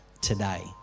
today